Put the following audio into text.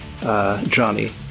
Johnny